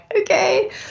okay